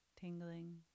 tingling